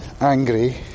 angry